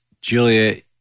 Julia